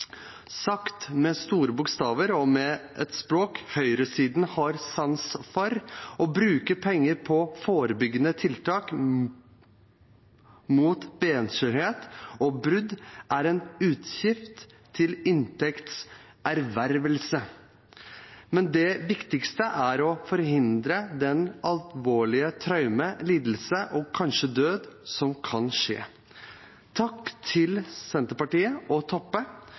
Sagt med store bokstaver og med et språk høyresiden har sans for: Å bruke penger på forebyggende tiltak mot benskjørhet og brudd er en utgift til inntekts ervervelse. Men det viktigste er å forhindre det alvorlige traumet, den lidelse og kanskje død som kan skje. Takk til Senterpartiet og Toppe